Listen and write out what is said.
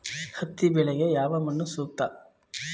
ಹತ್ತಿ ಬೆಳೆಗೆ ಯಾವ ಮಣ್ಣು ಸೂಕ್ತ?